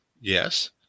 yes